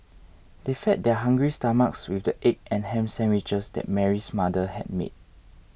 they fed their hungry stomachs with the egg and ham sandwiches that Mary's mother had made